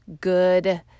good